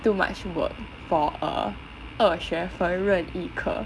too much work for a 二学分任意课